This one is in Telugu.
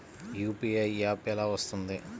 యూ.పీ.ఐ యాప్ ఎలా వస్తుంది?